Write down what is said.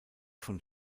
von